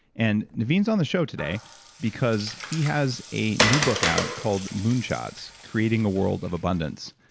and naveen is on the show today because he has a new book out called moonshots creating a world of abundance.